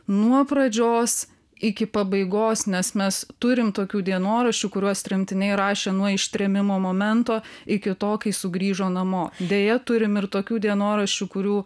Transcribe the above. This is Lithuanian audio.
nuo pradžios iki pabaigos nes mes turim tokių dienoraščių kuriuos tremtiniai rašė nuo ištrėmimo momento iki to kai sugrįžo namo deja turim ir tokių dienoraščių kurių